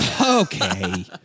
Okay